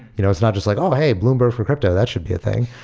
you know it's not just like, oh, hey! bloomberg for crypto. that should be a thing.